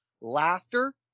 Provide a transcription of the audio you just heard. laughter